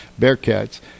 Bearcats